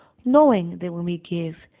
knowing that when we give,